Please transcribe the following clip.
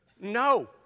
No